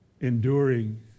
enduring